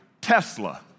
Tesla